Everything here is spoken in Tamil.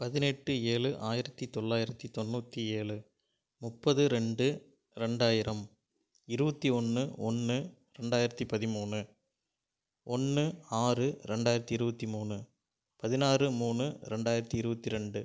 பதினெட்டு ஏழு ஆயிரத்து தொள்ளாயிரத்து தொண்ணூற்றி ஏழு முப்பது ரெண்டு ரெண்டாயிரம் இருபத்தி ஒன்று ஒன்று ரெண்டாயிரத்து பதிமூணு ஒன்று ஆறு ரெண்டாயிரத்து இருபத்தி மூணு பதினாறு மூணு ரெண்டாயிரத்து இருபத்தி ரெண்டு